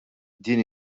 din